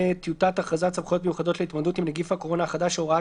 "טיוטת הכרזת סמכויות מיוחדות להתמודדות עם נגיף הקורונה החדש (הוראת